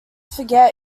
forget